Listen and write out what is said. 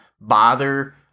bother